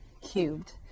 cubed